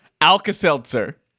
Alka-Seltzer